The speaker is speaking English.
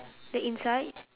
the inside